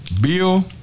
Bill